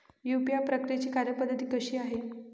UPI प्रक्रियेची कार्यपद्धती कशी आहे?